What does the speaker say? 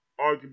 arguably